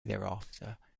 thereafter